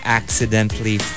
accidentally